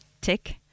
Tick